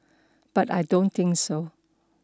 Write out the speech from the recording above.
but I don't think so